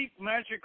magic